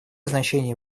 значение